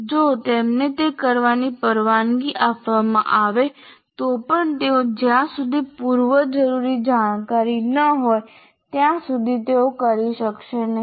જો તેમને તે કરવાની પરવાનગી આપવામાં આવે તો પણ તેઓ જ્યાં સુધી પૂર્વજરૂરી જાણકારી ન હોય ત્યાં સુધી તેઓ કરી શકશે નહીં